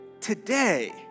today